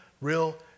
real